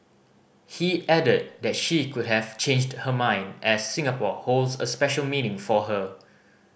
he added that she could have changed her mind as Singapore holds a special meaning for her